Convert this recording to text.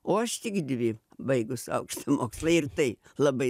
o aš tik dvi baigus aukštą mokslą ir tai labai